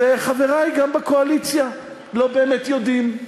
וחברי, גם בקואליציה, לא באמת יודעים.